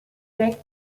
sechs